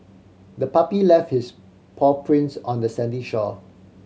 the puppy left its paw prints on the sandy shore